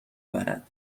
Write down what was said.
برد